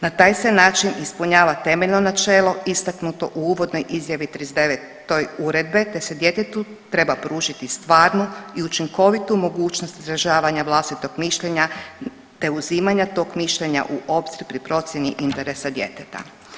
Na taj se način ispunjava temeljno načelo istaknuto u uvodnoj izjavi trideset devetoj Uredbe, te se djetetu treba pružiti stvarnu i učinkovitu mogućnost izražavanja vlastitog mišljenja, te uzimanja tog mišljenja u obzir pri procjeni interesa djeteta.